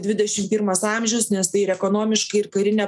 dvidešim pirmas amžius nes tai ir ekonomiškai ir karine